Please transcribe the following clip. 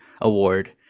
award